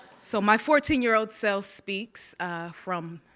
so my fourteen year old self speaks from